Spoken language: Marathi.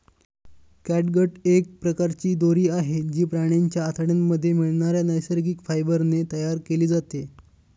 कॅटगट एक प्रकारची दोरी आहे, जी प्राण्यांच्या आतड्यांमध्ये मिळणाऱ्या नैसर्गिक फायबर ने तयार केली जाते